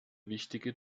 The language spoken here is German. wichtige